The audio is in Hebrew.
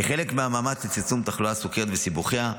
כחלק מהמאמץ לצמצום תחלואת הסוכרת וסיבוכיה.